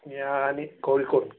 ഞാൻ കോഴിക്കോട്